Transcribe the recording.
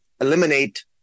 eliminate